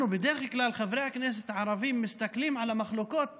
חברי הכנסת הערבים, בדרך כלל מסתכלים על המחלוקות